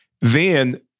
Then-